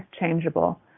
changeable